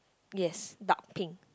yes dark pink